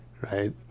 Right